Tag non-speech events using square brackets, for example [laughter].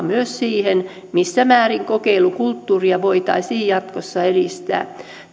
[unintelligible] myös siihen missä määrin kokeilukulttuuria voitaisiin jatkossa edistää